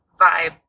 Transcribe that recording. vibe